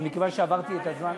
אבל מכיוון שעברתי את הזמן,